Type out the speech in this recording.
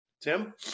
Tim